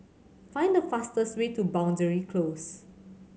find the fastest way to Boundary Close